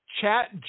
chat